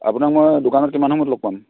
আপোনাক মই দোকানত কিমান সময়ত লগ পাম